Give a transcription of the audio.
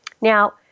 Now